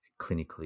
clinically